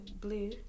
blue